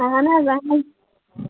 اَہَن حظ اہَن حظ